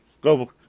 Go